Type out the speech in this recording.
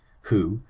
who,